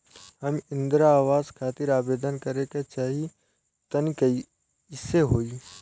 हम इंद्रा आवास खातिर आवेदन करे क चाहऽ तनि कइसे होई?